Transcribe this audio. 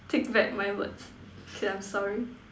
take back my words K lah I'm sorry